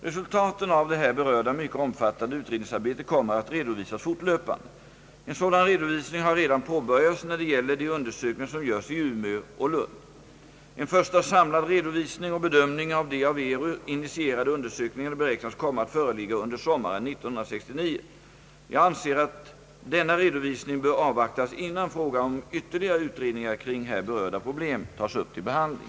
Resultaten av det här berörda mycket omfattande utredningsarbetet kommer att redovisas fortlöpande. En sådan redovisning har redan påbörjats när det gäller de undersökningar som görs i Umeå och Lund. En första samlad redovisning och bedömning av de av ERU initierade undersökningarna beräknas komma att föreligga under sommaren 1969. Jag anser att denna redovisning bör avvaktas innan frågan om ytterligare utredningar kring här berörda problem tas upp till behandling.